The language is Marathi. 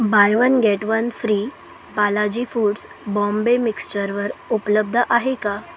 bye one get one free Balaji foods Bombay मिक्स्चरवर उपलब्ध आहे का